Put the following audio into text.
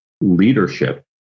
leadership